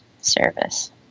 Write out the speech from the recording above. service